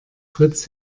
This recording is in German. fritz